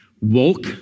Woke